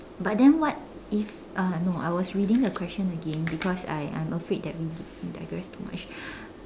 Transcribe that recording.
but then what if uh no I was reading the question again because I I'm afraid that we digress too much